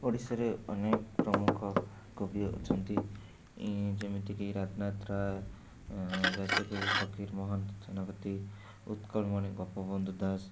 ଓଡ଼ିଶାରେ ଅନେକ ପ୍ରମୁଖ କବି ଅଛନ୍ତି ଯେମିତିକି ରାଧାନାଥ ରାୟ ବ୍ୟାସକବି ଫକୀରମୋହନ ସେନାପତି ଉତ୍କଳମଣି ଗୋପବନ୍ଧୁ ଦାସ